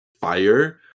Fire